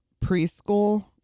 preschool